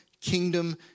kingdom